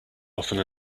often